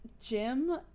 Jim